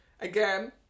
Again